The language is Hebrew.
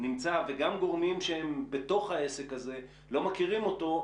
וגם גורמים שהם בתוך העסק הזה לא מכירים אותו,